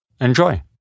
Enjoy